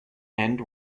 end